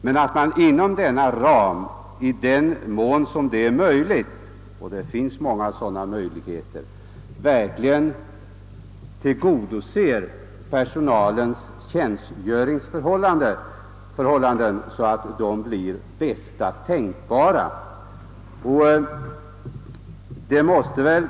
Men det gäller att inom rationaliseringens ram på bästa tänkbara sätt tillvarata möjligheterna att tillgodose personalens önskemål beträffande tjänstgöringsförhållandena — och det finns många sådana möjligheter!